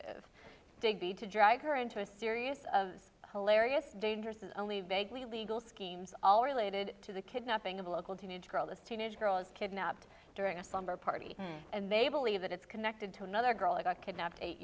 digby to drag her into a series of hilarious dangerous and only vaguely legal schemes all related to the kidnapping of a local teenage girl the teenage girls kidnapped during a slumber party and they believe that it's connected to another girl that got kidnapped eight